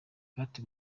kate